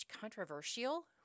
Controversial